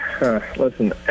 Listen